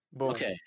Okay